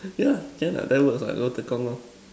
yeah can ah that one works what go Tekong lor